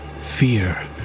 Fear